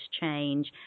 change